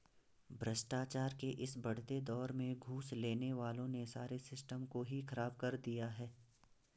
भ्रष्टाचार के इस बढ़ते दौर में घूस लेने वालों ने सारे सिस्टम को ही खराब कर दिया है